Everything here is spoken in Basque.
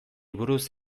buruz